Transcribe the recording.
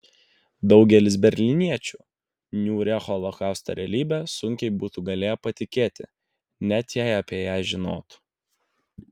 daugelis berlyniečių niūria holokausto realybe sunkiai būtų galėję patikėti net jei apie ją žinotų